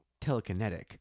telekinetic